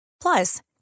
Plus